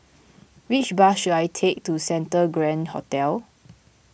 which bus should I take to Santa Grand Hotel